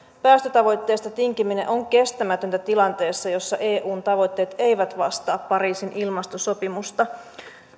päästötavoitteesta tinkiminen on kestämätöntä tilanteessa jossa eun tavoitteet eivät vastaa pariisin ilmastosopimusta